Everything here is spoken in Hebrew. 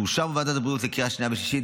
שאושר בוועדת הבריאות לקריאה שנייה ושלישית,